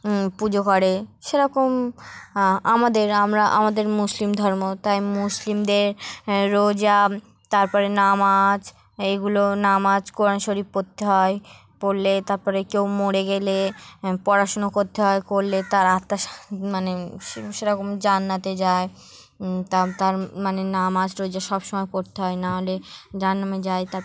পুজো করে সেরকম আমাদের আমরা আমাদের মুসলিম ধর্ম তাই মুসলিমদের রোজা তারপরে নামাজ এগুলো নামাজ কোরআন শরীফ পড়তে হয় পড়লে তারপরে কেউ মরে গেলে পড়াশোনা করতে হয় করলে তার আত্মার মানে সেরকম জান্নাতে যায় তার তার মানে নামাজ রোজা সব সময় পড়তে হয় নাহলে জাহান্নামে যায় তার